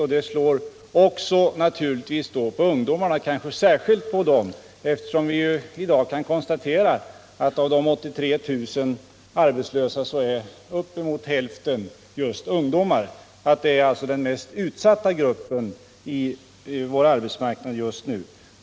Och den slår kanske särskilt hårt mot ungdomarna, eftersom vi i dag kan konstatera att uppemot hälften av de 83 000 arbetslösa just nu är ungdomar. De är alltså den mest utsatta gruppen på vår arbetsmarknad i nuvarande läge.